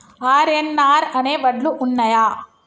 RNR అనే వడ్లు ఉన్నయా?